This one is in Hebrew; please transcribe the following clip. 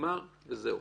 נגמר וזהו.